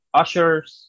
Ushers